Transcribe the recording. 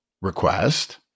request